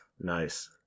Nice